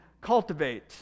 cultivate